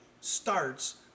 starts